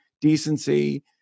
decency